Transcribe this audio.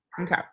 Okay